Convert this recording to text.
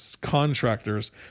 contractors